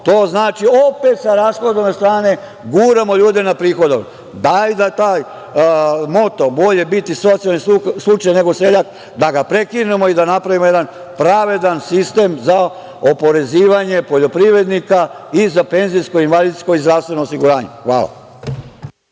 to znači da opet sa rashodovane strane guramo ljude na prihodovanu. Dajte da taj moto - bolje biti socijalni slučaj nego seljak, prekinemo i da napravimo jedan pravedan sistem za oporezivanje poljoprivrednika i za penzijsko i invalidsko i zdravstveno osiguranje. Hvala.